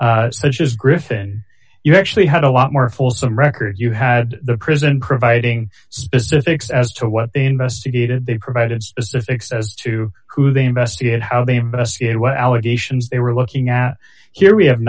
as griffin you actually had a lot more fulsome records you had the prison providing specifics as to what they investigated they provided specifics as to who they investigated how they investigated what allegations they were looking at here we have